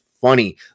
funny